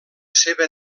seva